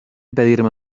pedirme